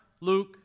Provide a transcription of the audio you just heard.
Luke